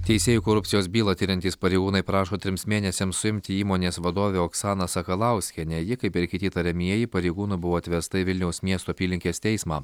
teisėjų korupcijos bylą tiriantys pareigūnai prašo trims mėnesiams suimti įmonės vadovę oksaną sakalauskienę ji kaip ir kiti įtariamieji pareigūnų buvo atvesta į vilniaus miesto apylinkės teismą